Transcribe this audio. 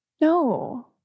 No